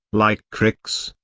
like crick's,